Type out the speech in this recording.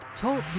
Talk